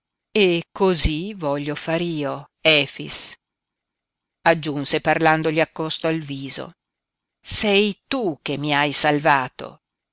e cosí voglio far io efix aggiunse parlandogli accosto al viso sei tu che mi hai salvato